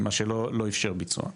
מה שלא אפשר ביצוע.